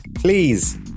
Please